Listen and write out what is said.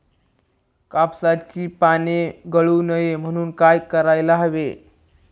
कापसाची पाने गळू नये म्हणून काय करायला हवे?